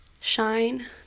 shine